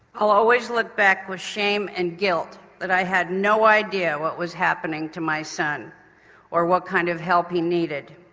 i'll always look back with shame and guilt that i had no idea what was happening to my son or what kind of help he needed.